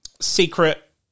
secret